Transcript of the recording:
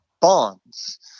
bonds